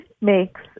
makes